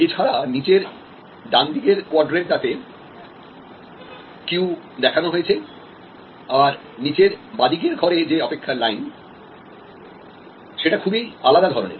এছাড়া নিচের ডান দিকের কোয়াড্রেন্ট টাতে কিউ দেখানো হয়েছে আর নিচের বাঁদিকের ঘরে যে অপেক্ষার লাইন সেটা খুবই আলাদা ধরনের